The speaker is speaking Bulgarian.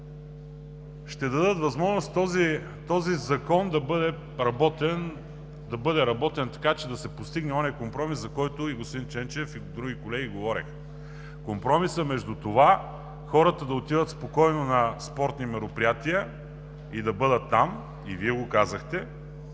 ще дадат възможност този закон да бъде работен така, че да се постигне оня компромис, за който и господин Ченчев, и други колеги говорят. Компромисът между това хората да отиват спокойно на спортни мероприятия и да бъдат там, и Вие го казахте,